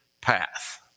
path